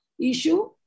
issue